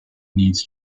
needs